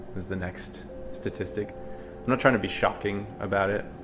is the next statistic. i'm not trying to be shocking about it.